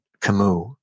Camus